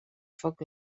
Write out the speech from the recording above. foc